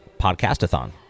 podcast-a-thon